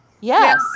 Yes